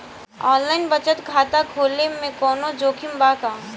Online बचत खाता खोले में कवनो जोखिम बा का?